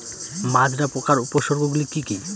মাজরা পোকার উপসর্গগুলি কি কি?